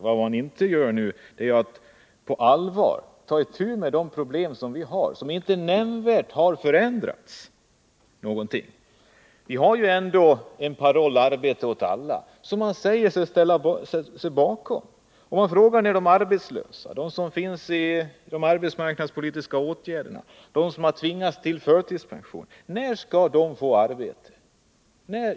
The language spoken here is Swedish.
Vad man inte gör är att på allvar ta itu med de problem som vi har och som inte nämnvärt har förändrats. Vi har ju ändå parollen arbete åt alla som man säger sig stå bakom. Men vi har de arbetslösa och dem som är föremål för arbetsmarknadspolitiska åtgärder och dem som tvingats till förtidspension.